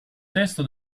testo